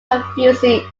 confusing